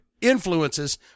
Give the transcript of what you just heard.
influences